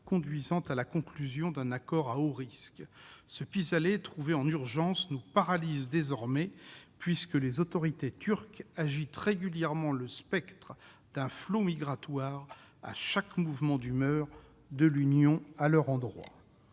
conduisant à la conclusion d'un accord à haut risque. Ce pis-aller, trouvé en urgence, nous paralyse désormais, puisque les autorités turques agitent le spectre d'un flot migratoire régulièrement, à chaque mouvement d'humeur de l'Union européenne à leur endroit.